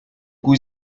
cui